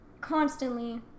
constantly